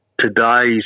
today's